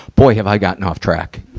boy, have i gotten off track!